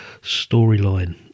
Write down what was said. Storyline